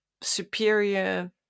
superior